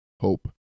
hope